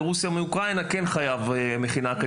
רוסיה או אוקראינה חייב בה.